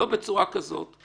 לא בצורה כזאת.